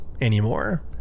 anymore